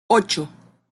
ocho